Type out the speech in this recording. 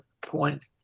point